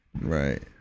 Right